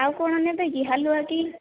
ଆଉ କଣ ନେବେ କି ହାଲୁଆ କି